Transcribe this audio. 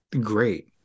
great